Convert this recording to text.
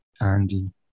Andy